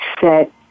set